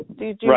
right